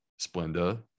Splenda